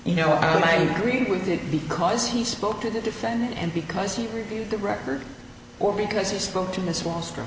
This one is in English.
you know and i agreed with it because he spoke to the defendant and because he knew the record or because he spoke to this wall street